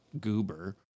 goober